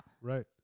right